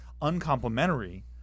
uncomplimentary